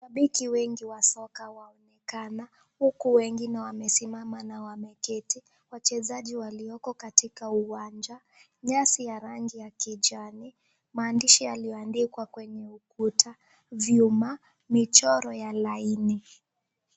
Mashabiki wengi wa soka wanaonekana. Huku wengine wamesimama na wameketi. Wachezaji walioko katika uwanja. Nyasi ya rangi ya kijani maandishi yalioandikwa kwenye ukuta, vyuma, michoro ya laini.